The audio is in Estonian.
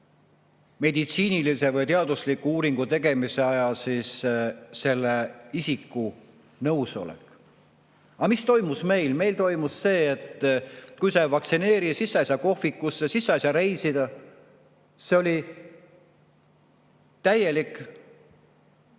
meditsiinilise või teadusliku uuringu tegemise ajal isiku nõusolek. Aga mis toimus meil? Meil toimus see, et kui sa ei vaktsineeri, siis sa ei saa kohvikusse, siis sa ei saa reisida. See oli täielik kuritegu.